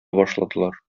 башладылар